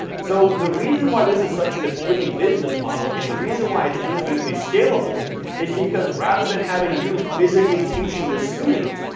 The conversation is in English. so the reason why this is such an appealing business model, and the reason why it's infinitely scalable is because rather than having you physically teaching this student,